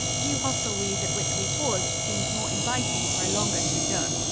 few hostelries at which we paused seemed more inviting for a longer sojourn.